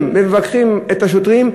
שמצלמים ומבקרים את השוטרים,